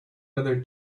leather